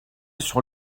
sur